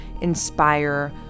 inspire